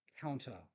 counter